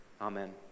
Amen